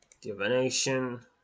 Divination